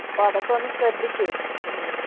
അപ്പോ അതൊക്കെ ഒന്ന് ശ്രദ്ധിക്കൂ